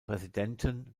präsidenten